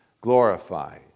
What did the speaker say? glorify